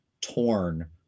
torn